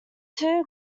two